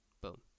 Boom